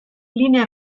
linea